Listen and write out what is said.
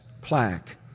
plaque